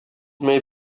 may